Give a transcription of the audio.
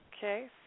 Okay